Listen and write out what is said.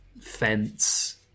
Fence